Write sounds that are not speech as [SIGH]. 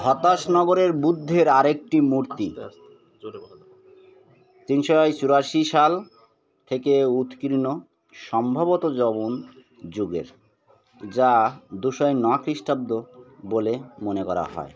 হতাশনগরের বুদ্ধের আরেকটি মূর্তি [UNINTELLIGIBLE] চুরাশি সাল থেকে উৎকীর্ণ সম্ভবত যবন যুগের যা দুশোয় নয় খ্রিস্টাব্দ বলে মনে করা হয়